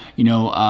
you know,